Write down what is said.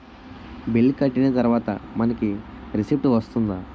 Bill కట్టిన తర్వాత మనకి రిసీప్ట్ వస్తుందా?